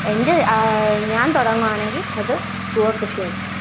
എൻ്റെ ഞാൻ തുടങ്ങുക ആണെങ്കിൽ അത് കൂവ കൃഷി ആയിരിക്കും